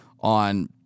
on